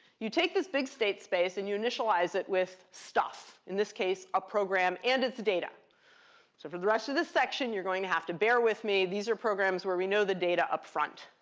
you take this big state space, and you initialize it with stuff, in this case, a program and its data. so for the rest of this section, you're going to have to bear with me. these are programs where we know the data upfront.